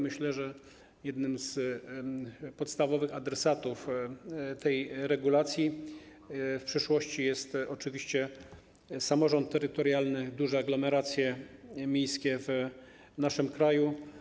Myślę, że jednym z podstawowych adresatów tej regulacji w przyszłości jest oczywiście samorząd terytorialny, duże aglomeracje miejskie w naszym kraju.